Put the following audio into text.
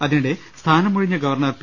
അതിനിടെ സ്ഥാനമൊഴിഞ്ഞ governor P